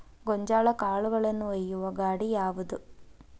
ಗೋಂಜಾಳ ಕಾಳುಗಳನ್ನು ಒಯ್ಯುವ ಗಾಡಿ ಯಾವದು?